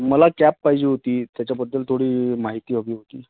मला कॅब पाहिजे होती त्याच्याबद्दल थोडी माहिती हवी होती